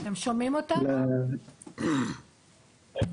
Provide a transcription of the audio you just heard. (מדבר בשפה זרה,